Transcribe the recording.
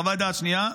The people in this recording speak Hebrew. חוות דעת שנייה,